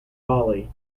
bali